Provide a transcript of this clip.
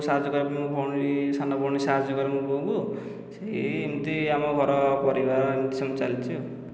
ସାହାଯ୍ୟ କରେ ମୋ ଭଉଣୀ ସାନ ଭଉଣୀ ସାହାଯ୍ୟ କରେ ମୋ ବୋଉଙ୍କୁ ସେ ଏମିତି ଆମ ଘର ପରିବାର ଏମିତି ସେମିତି ଚାଲିଛି ଆଉ